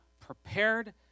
prepared